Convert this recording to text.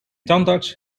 tandarts